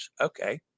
Okay